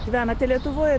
gyvenate lietuvoj